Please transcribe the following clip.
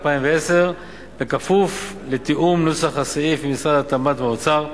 2010 בכפוף לתיאום נוסח הסעיף עם משרד התמ"ת והאוצר.